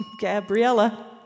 Gabriella